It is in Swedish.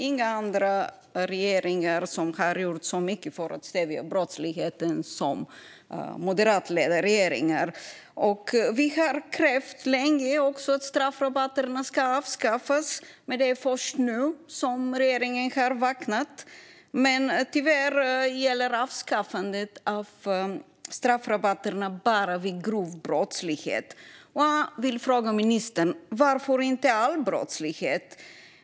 Inga andra regeringar har gjort så mycket för att stävja brottsligheten som moderatledda regeringar. Vi har länge krävt att straffrabatterna ska avskaffas, men det är först nu som regeringen har vaknat. Tyvärr gäller avskaffandet av straffrabatterna bara vid grov brottslighet. Jag vill fråga ministern: Varför gäller det inte all brottslighet?